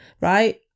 right